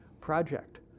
project